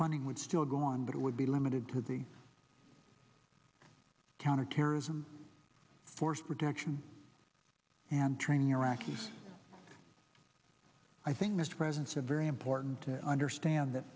funding would still go on but it would be limited to the counterterrorism force protection and training iraqis i think this presents a very important to understand that